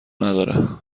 نداره